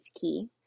key